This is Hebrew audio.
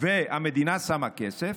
והמדינה שמה כסף,